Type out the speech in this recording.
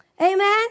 amen